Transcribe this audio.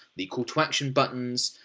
the call to action buttons,